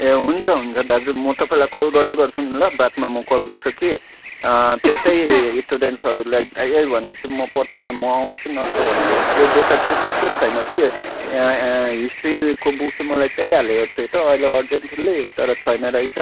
ए हुन्छ हुन्छ दाजु म तपाईँलाई कल गर्दै गर्छु नि ल बादमा म कल गर्छु कि त्यस्तै स्टुडेन्ट्सहरूलाई चाहियो भने चाहिँ म पटनामा आउँछु नत्रभने होस् त्यो ज्योग्राफी त्यस्तो छैन कि हिस्ट्रीको बुक चाहिँ मलाई चाइहालेको थियो त अहिले अर्जेन्ट थियो कि तर छैन रहेछ